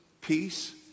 peace